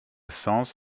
sens